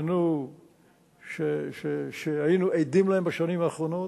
שהיינו עדים להם בשנים האחרונות.